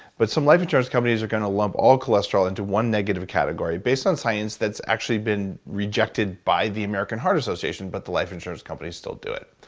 but some life insurance companies are going to lump all cholesterol into one negative category, based on science that's actually been rejected by the american heart association, but the life insurance companies still do it,